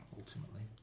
ultimately